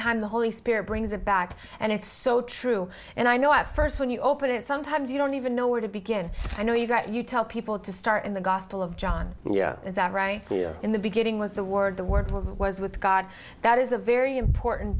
time the holy spirit brings it back and it's so true and i know at first when you open it sometimes you don't even know where to begin i know you got you tell people to start in the gospel of john is that right in the beginning was the word the word was with god that is a very important